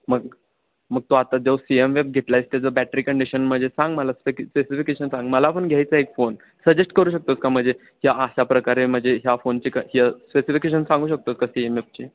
मग मग तो आता जो सी एम एफ घेतला आहे त्याचं बॅटरी कंडिशन म्हणजे सांग मला स्पेस स्पेसिफिकेशन सांग मला पण घ्यायचा आहे एक फोन सजेस्ट करू शकतोस का म्हणजे की अशा प्रकारे म्हणजे ह्या फोनचे क स्पेसिफिकेशन सांगू शकतोस का सी एम एफचे